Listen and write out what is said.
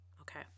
okay